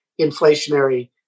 inflationary